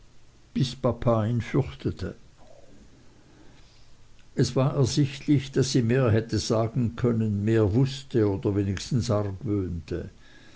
bis papa ihn fürchtete es war ersichtlich daß sie mehr hätte sagen können mehr wußte oder wenigstens